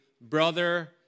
brother